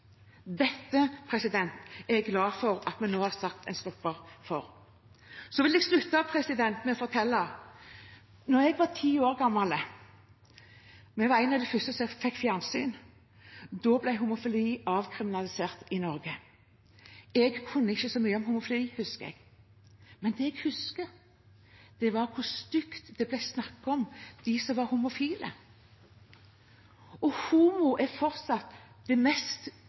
er i fødsel. Dette er jeg glad for at vi nå har satt en stopper for. Så vil jeg slutte med å fortelle at da jeg var ti år gammel – vi var en av de første som fikk fjernsyn – ble homofili avkriminalisert i Norge. Jeg kunne ikke så mye om homofili, husker jeg. Men det jeg husker, var hvor stygt det ble snakket om dem som var homofile. Homo er i dag fortsatt det mest